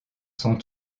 sont